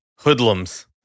hoodlums